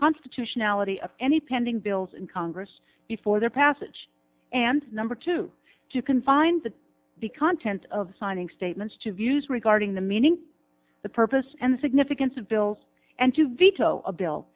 constitutionality of any pending bills in congress before their passage and number two you can find that the content of signing statements to views regarding the meaning the purpose and significance of bills and to veto a bill